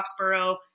Foxborough